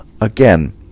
again